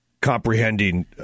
comprehending